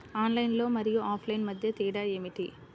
Online మరియు offline మధ్య తేడా ఏమిటీ?